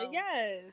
yes